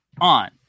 on